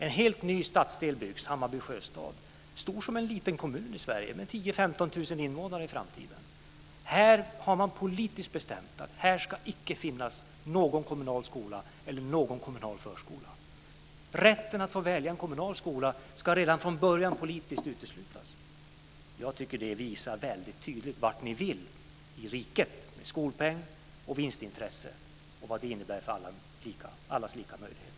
En helt ny stadsdel byggs, Hammarby sjöstad. Den är stor som en liten kommun i Sverige med 10 000-15 000 invånare i framtiden. Man har politiskt bestämt att här icke ska finnas någon kommunal skola eller någon kommunal förskola. Rätten att välja en kommunal skola ska redan från början politiskt uteslutas. Jag tycker att det visar väldigt tydligt vad ni vill i riket med skolpeng och vinstintresse och vad det innebär för allas lika möjligheter.